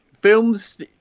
films